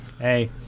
Hey